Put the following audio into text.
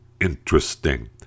interesting